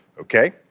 Okay